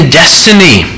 destiny